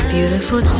Beautiful